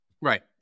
Right